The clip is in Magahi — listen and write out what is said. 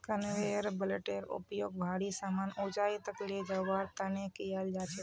कन्वेयर बेल्टेर उपयोग भारी समान ऊंचाई तक ले जवार तने कियाल जा छे